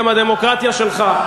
היא גם הדמוקרטיה שלך.